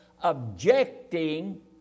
objecting